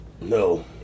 No